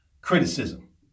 criticism